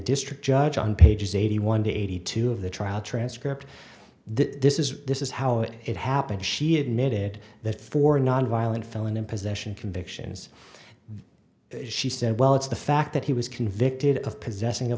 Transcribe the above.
district judge on pages eighty one to eighty two of the trial transcript this is this is how it it happened she admitted that for nonviolent felon in possession convictions she said well it's the fact that he was convicted of possessing a